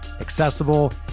accessible